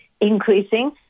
increasing